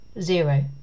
Zero